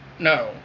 no